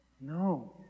No